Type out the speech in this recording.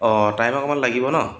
অঁ টাইম অকণমান লাগিব ন